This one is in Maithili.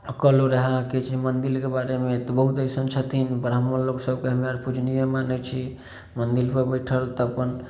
कहलहुॅं रहऽ अहाँके जे मंदिरके बारेमे तऽ बहुत अइसन छथिन ब्राह्मण लोक सबके हमे आओर पूजनीय मानै छी मंदिर पर बैठल तऽ अपन